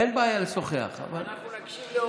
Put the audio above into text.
אין בעיה לשוחח, אבל אנחנו נקשיב לאורית.